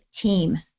team